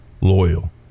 loyal